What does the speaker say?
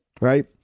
right